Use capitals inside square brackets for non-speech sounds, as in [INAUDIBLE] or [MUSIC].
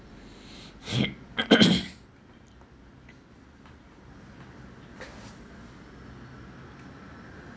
[COUGHS]